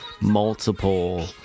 multiple